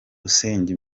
usenge